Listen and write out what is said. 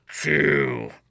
two